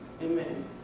Amen